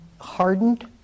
hardened